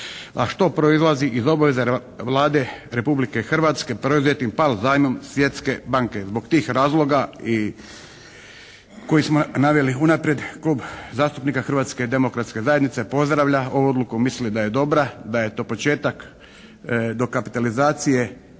a što proizlazi iz obaveza Vlade Republike Hrvatske preuzetim PAL zajmom Svjetske banke. Zbog tih razloga i koje smo naveli unaprijed Klub zastupnika Hrvatske demokratske zajednice pozdravlja ovu odluku. Misli da je dobra, da je to početak dokapitalizacije